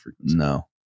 No